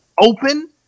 open